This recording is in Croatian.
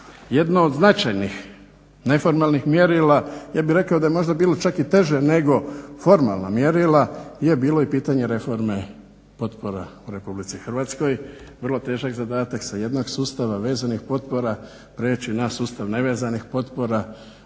Jedno od značajnih neformalnih mjerila ja bih rekao da je možda bilo čak i teže nego formalna mjerila je bilo i pitanje reforme potpora u RH. Vrlo težak zadatak sa jednog sustava vezanih potpora prijeći na sustav nevezanih potpora.